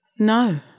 No